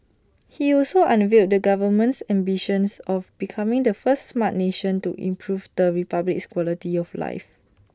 he also unveiled the government's ambitions of becoming the first Smart Nation to improve the republic's quality of life